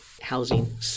housing